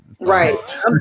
Right